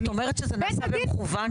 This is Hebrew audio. את אומרת שזה נעשה במכוון?